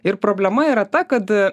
ir problema yra ta kad